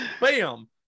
Bam